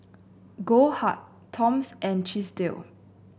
Goldheart Toms and Chesdale